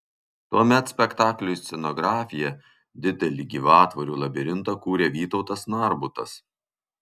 tuomet spektakliui scenografiją didelį gyvatvorių labirintą kūrė vytautas narbutas